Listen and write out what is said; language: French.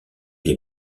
les